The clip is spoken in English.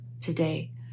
today